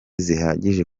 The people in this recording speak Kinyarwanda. zihagije